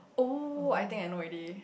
oh I think I know already